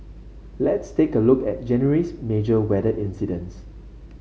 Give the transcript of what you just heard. let's take a look at January's major weather incidents